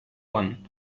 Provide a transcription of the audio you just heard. one